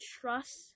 trust